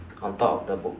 on top of the book